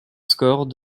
score